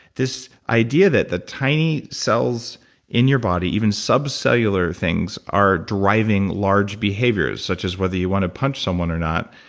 this idea that the tiny cells in your body, even sub-cellular things, are driving large behaviors such as whether you want to punch someone or not.